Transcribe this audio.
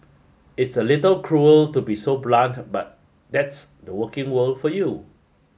it's a little cruel to be so blunt but that's the working world for you